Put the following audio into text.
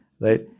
Right